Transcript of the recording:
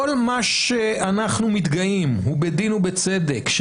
כל מה שאנחנו מתגאים בדין ובצדק הוא,